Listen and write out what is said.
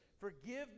Forgive